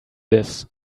this